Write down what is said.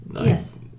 Yes